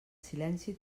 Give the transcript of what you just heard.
silenci